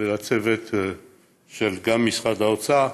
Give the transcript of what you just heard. וגם לצוות של משרד האוצר,